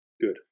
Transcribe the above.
Good